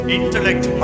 intellect